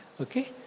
Okay